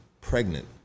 pregnant